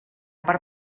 part